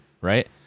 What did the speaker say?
right